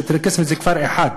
כשהצ'רקסיים זה כפר אחד,